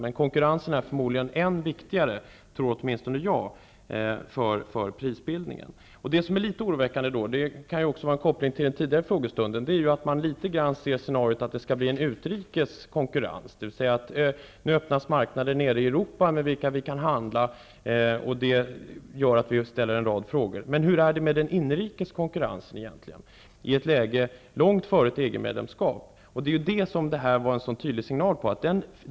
Men konkurrensen är förmodligen än viktigare -- det tror åtminstone jag -- för prisbildningen. Något som då är litet oroväckande -- jag gör då en koppling till diskussionen under den tidigare frågestunden -- är att man ser för sig scenariot att det skall bli en utländsk konkurrens: Nu öppnas marknader nere i Europa med vilka vi kan handla, och det aktualiserar en rad frågor. Men hur är det egentligen med den inhemska konkurrensen i ett läge då vi befinner oss långt före ett EG-medlemskap? Den existerar inte -- det var det här skeendet en tydligt signal om.